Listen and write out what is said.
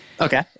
okay